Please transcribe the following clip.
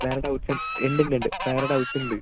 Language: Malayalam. വേറെ ഡൗട്ട്സ് ഉണ്ട് ഉണ്ട് ഉണ്ട് വേറെ ഡൗട്ട്സ് ഉണ്ട്